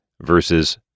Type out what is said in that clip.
versus